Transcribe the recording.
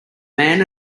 man